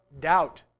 doubt